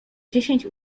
dziesięć